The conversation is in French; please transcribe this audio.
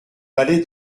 balai